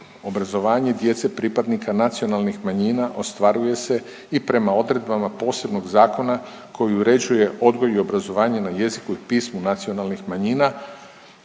obrazovanje djece pripadnika nacionalnih manjina ostvaruje se i prema odredbama posebnog zakona koji uređuje odgoj i obrazovanje na jeziku i pismu nacionalnih manjina,